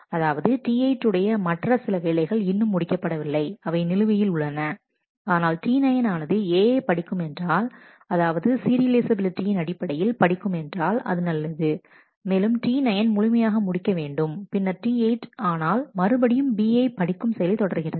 அதாவது T8 உடைய மற்ற சில வேலைகள் இன்னும் முடிக்கப்படவில்லை அவை நிலுவையில் உள்ளன ஆனால்T9 ஆனது A யை படிக்கும் என்றால் அதாவது சீரியலைஃசபிலிட்டியின் அடிப்படையில் படிக்கும் என்றால் அது நல்லது மேலும் T9 முழுமையாக முடிக்க வேண்டும் பின்னர் T8 ஆனால் மறுபடியும் B யை படிக்கும் செயலை தொடர்கிறது